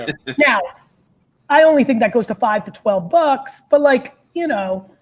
ah now i only think that goes to five to twelve bucks, but like you know,